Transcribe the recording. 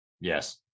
yes